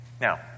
Now